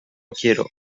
quiero